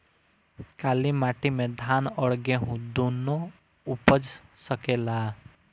काली माटी मे धान और गेंहू दुनो उपज सकेला?